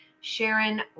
Sharon